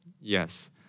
Yes